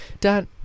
Dad